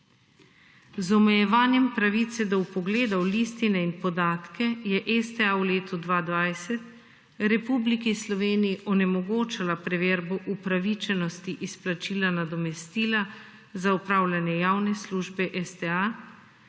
Z omejevanjem pravice do vpogledu listine in podatke je STA v letu 2020 Republiki Sloveniji onemogočala preverbo upravičenosti izplačila nadomestila za opravljanje javne službe STA